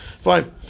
Fine